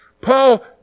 Paul